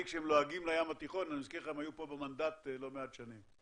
פה במנדט לא מעט שנים.